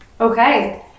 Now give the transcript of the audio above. Okay